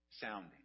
sounding